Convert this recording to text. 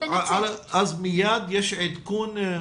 אז מיד יש עדכון?